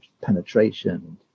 penetration